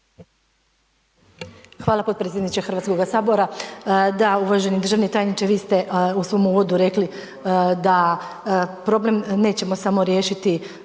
Hvala, potpredsjedniče Hrvatskoga sabora. Da, uvaženi državni tajniče vi ste u svom uvodu rekli da problem nećemo samo riješiti